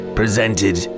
presented